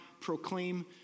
proclaim